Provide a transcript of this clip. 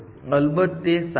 અલબત્ત તે એક સરળ અલ્ગોરિધમ છે